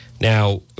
Now